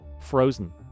Frozen